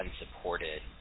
unsupported